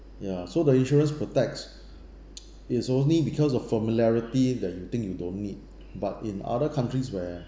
ya so the insurance protects it's only because of familiarity that you think you don't need but in other countries where